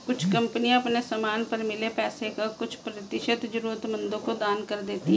कुछ कंपनियां अपने समान पर मिले पैसे का कुछ प्रतिशत जरूरतमंदों को दान कर देती हैं